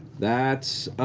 that's